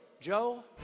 Joe